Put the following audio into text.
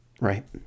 Right